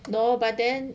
no but then